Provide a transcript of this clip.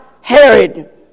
Herod